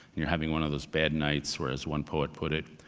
you're having one of those bad nights, where, as one poet put it,